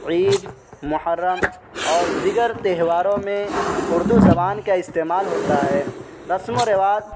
عید محرم اور دیگر تہواروں میں اردو زبان کا استعمال ہوتا ہے رسم و رواج